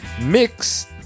mix